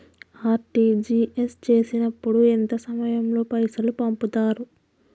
RTGS చేసినప్పుడు ఎంత సమయం లో పైసలు పంపుతరు?